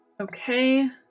Okay